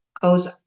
goes